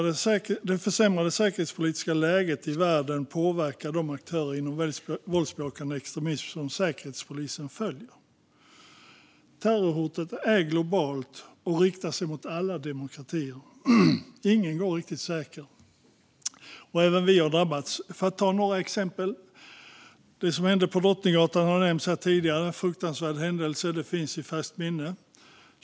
Det försämrade säkerhetspolitiska läget i världen påverkar de aktörer inom våldsbejakande extremism som Säkerhetspolisen följer. Terrorhotet är globalt och riktar sig mot alla demokratier. Ingen går riktigt säker. Även vi har drabbats, och jag ska nämna några exempel. Den fruktansvärda händelsen på Drottninggatan, som nämndes här tidigare, finns i färskt minne.